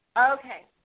Okay